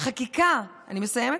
החקיקה, אני מסיימת,